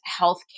healthcare